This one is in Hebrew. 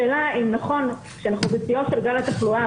השאלה אם נכון כשאנחנו בשיאו של גל התחלואה,